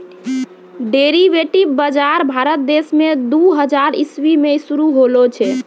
derivative बजार भारत देश मे दू हजार इसवी मे शुरू होलो छै